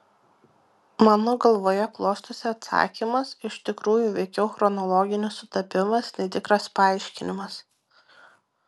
mano galvoje klostosi atsakymas iš tikrųjų veikiau chronologinis sutapimas nei tikras paaiškinimas